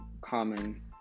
common